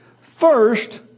First